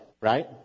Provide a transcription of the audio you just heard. right